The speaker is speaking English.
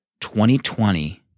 2020